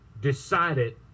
decided